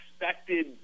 expected